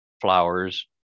flowers